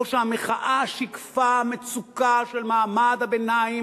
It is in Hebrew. או שהמחאה שיקפה מצוקה של מעמד הביניים